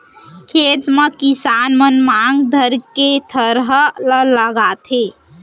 खेत म किसान मन मांग धरके थरहा ल लगाथें